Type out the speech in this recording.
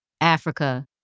Africa